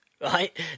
Right